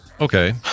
Okay